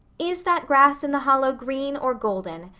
is that grass in the hollow green or golden?